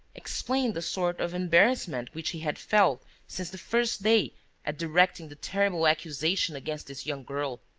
explained the sort of embarrassment which he had felt since the first day at directing the terrible accusation against this young girl.